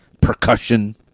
percussion